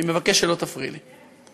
אני מבקש שלא תפריעי לי.